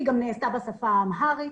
היא גם נעשתה בשפה האמהרית.